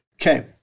Okay